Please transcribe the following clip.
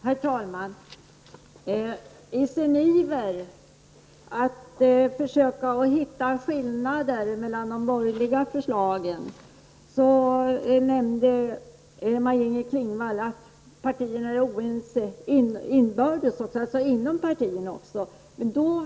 Herr talman! I sin iver att försöka finna skillnader mellan de borgerliga förslagen nämnde Maj-Inger Klingvall att partierna är oense inbördes.